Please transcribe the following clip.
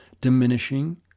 diminishing